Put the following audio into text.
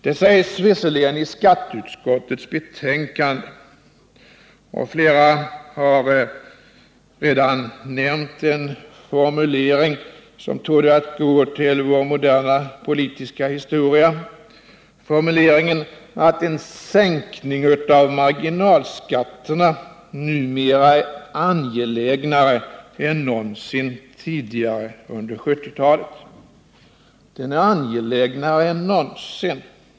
Det sägs visserligen i skatteutskottets betänkande: ”Enligt utskottets mening är en sänkning av marginalskatterna numera angelägnare än någonsin tidigare under 1970-talet.” Flera har redan nämnt denna formulering, som torde gå till vår moderna politiska histora.